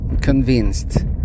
convinced